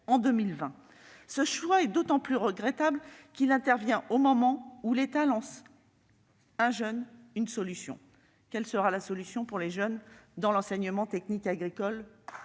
Ce choix est d'autant plus regrettable qu'il intervient au moment où l'État lance « 1 jeune, 1 solution ». Quelle sera la solution pour les jeunes dans l'enseignement technique agricole ?